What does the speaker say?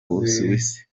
busuwisi